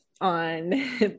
on